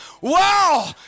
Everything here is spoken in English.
wow